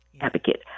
advocate